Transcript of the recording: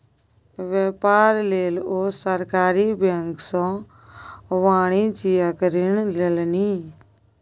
बेपार लेल ओ सरकारी बैंक सँ वाणिज्यिक ऋण लेलनि